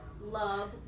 love